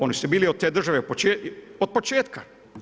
Oni su bili od te države od početka.